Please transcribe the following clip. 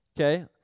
okay